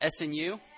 SNU